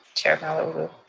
chair malauulu.